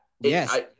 yes